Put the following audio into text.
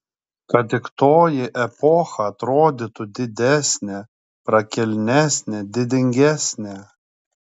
kad tik toji epocha atrodytų didesnė prakilnesnė didingesnė